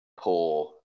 poor